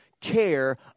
care